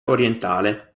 orientale